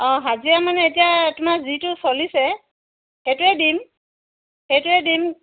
অঁ হাজিৰা মানে এতিয়া তোমাৰ যিটো চলিছে সেইটোৱে দিম সেইটোৱে দিম